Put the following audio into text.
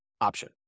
option